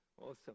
Awesome